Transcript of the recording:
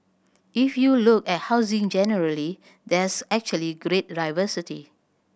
if you look at housing in generally there's actually great diversity